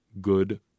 Good